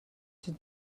did